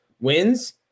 wins